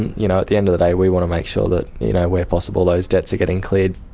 and you know, at the end of the day we want to make sure that where possible those debts are getting cleared.